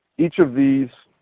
each of these